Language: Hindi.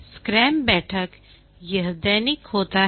स्क्रम बैठक यह दैनिक होता है